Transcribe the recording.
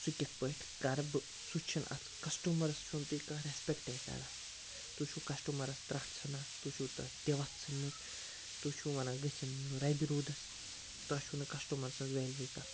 سُہ کِتھٕ پٲٹھۍ کَرٕ بہٕ سُہ چھُنہٕ اتھ کَسٹَمَرَس چھُنہٕ تُہۍ کانٛہہ ریٚسپیٚکٹے کَران تُہۍ چھُو کَسٹَمَرَس ترٛٹھ ژُھٕنان تُہۍ چھُو تَس دِوَتھ ژھُنۍمٕژ تُہۍ چھِو وَنان گٔژھِنۍ رَبہِ روٗدَس تۄہہِ چھُوٕ نہٕ کَسٹَمَر سٕنٛز ویلیٚوٗوٕے کانٛہہ